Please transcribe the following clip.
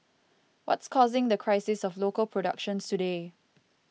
what's causing the crisis of local productions today